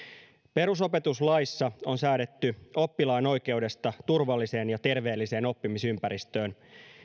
perusopetuslaissa on säädetty oppilaan oikeudesta turvalliseen ja terveelliseen oppimisympäristöön